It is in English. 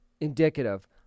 indicative